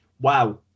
Wow